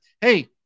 hey